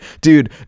dude